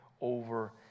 over